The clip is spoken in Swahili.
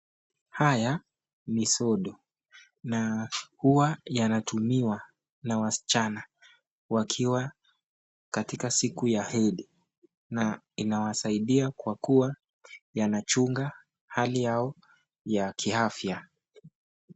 Haya ni sodo na huwa yanatumiwa na wasichana wakiwa katika siku ya hedhi na inawasaidia kwa kuwa yanachunga hali yao ya kiafya.